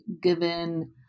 given